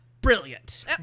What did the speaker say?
Brilliant